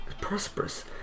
prosperous